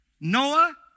Noah